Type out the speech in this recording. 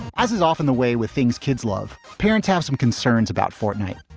as is often the way with things kids love, parents have some concerns about fortnight.